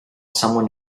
someone